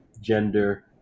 gender